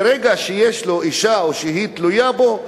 ברגע שיש לו אשה שתלויה בו,